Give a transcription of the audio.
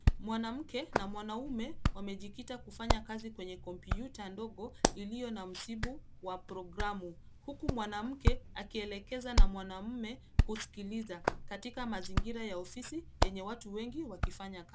Mwanamke na mwanaume wamejikita kufanya kazi kwenye kompyuta ndogo iliyo na msibu wa programu uku mwanamke akielekeza na mwanaume kusikiliza katika mazingira ya ofisi yenye watu wengi wakifanya kazi.